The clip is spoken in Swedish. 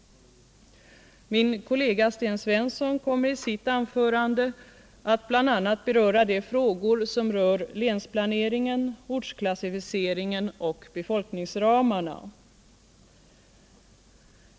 Min kollega Sten Svensson kommer i sitt anförande att bl.a. beröra de frågor som rör länsplaneringen, ortsklassificeringen och befolkmingsramarna.